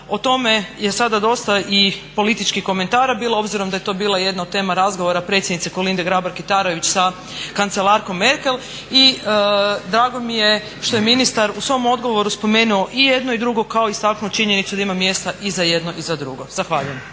O tome je sada dosta i političkih komentara bilo obzirom da je to bila jedna od tema razgovora predsjednice Kolinde Grabar- Kitarović sa kancelarkom Merkel. I drago mi je što je ministar u svom odgovoru spomenuo i jednu i drugu kao i istaknuo činjenicu da ima mjesta i za jedno i za drugo. Zahvaljujem.